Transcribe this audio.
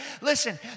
Listen